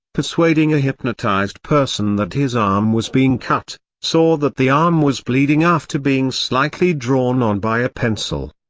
persuading a hypnotized person that his arm was being cut, saw that the arm was bleeding after being being slightly drawn on by a pencil.